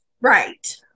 Right